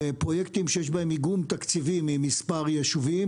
לפרויקטים שיש בהם איגום תקציבים ממספר יישובים,